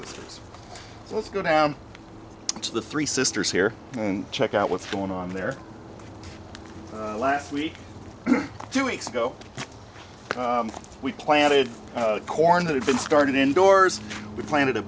think let's go down to the three sisters here and check out what's going on there last week two weeks ago we planted corn that had been started indoors we planted a